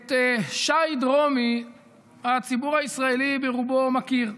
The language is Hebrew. את שי דרומי הציבור הישראלי ברובו מכיר,